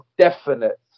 definite